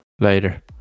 Later